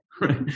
Right